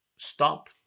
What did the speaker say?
Stop